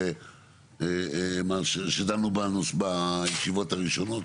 שדנו בישיבות הראשונות.